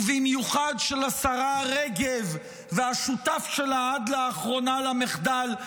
ובמיוחד של השרה רגב והשותף שלה עד לאחרונה למחדל,